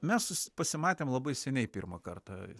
mes pasimatėm labai seniai pirmą kartą